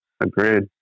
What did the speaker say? Agreed